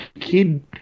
kid